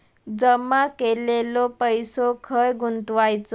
जमा केलेलो पैसो खय गुंतवायचो?